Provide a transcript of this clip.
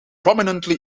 prominently